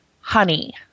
honey